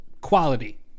quality